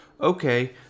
okay